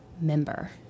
member